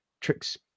trick's